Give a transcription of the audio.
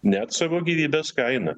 net savo gyvybės kaina